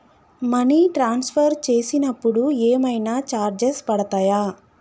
Money transfer చేసినప్పుడు ఏమైనా charges పడతయా?